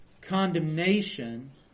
condemnation